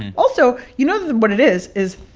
and also, you know what it is is,